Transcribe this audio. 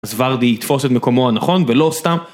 אז ורדי יתפוס את מקומו הנכון, ולא סתם.